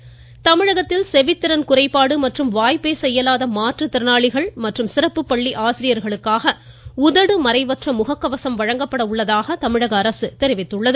முகக்கவசம் தமிழகத்தில் செவித்திறன் குறைபாடு மற்றும் வாய்ப்பேச இயாலாத மாற்றுத்திறனாளிகள் மற்றும் சிறப்பு பள்ளி ஆசிரியர்களுக்காக உதடு மறைவற்ற முகக்கவசம் வழங்கப்பட உள்ளதாக தமிழக அரசு தெரிவித்துள்ளது